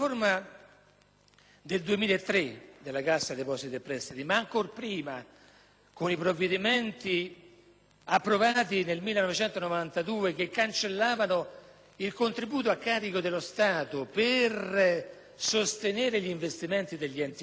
del 2003 (ma ancor prima con i provvedimenti approvati nel 1992, che cancellavano il contributo a carico dello Stato per sostenere gli investimenti degli enti locali),